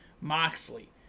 Moxley